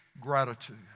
gratitude